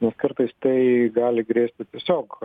nes kartais tai gali grėsti tiesiog